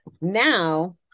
Now